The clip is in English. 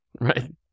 Right